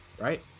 right